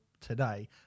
today